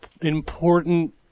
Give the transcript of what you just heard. important